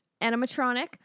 animatronic